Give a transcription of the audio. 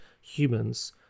humans